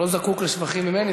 הוא לא זקוק לשבחים ממני,